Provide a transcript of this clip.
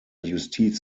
justiz